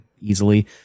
easily